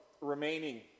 remaining